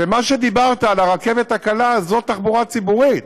ומה שאמרת על הרכבת הקלה זו תחבורה ציבורית.